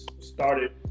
started